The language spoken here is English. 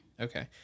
Okay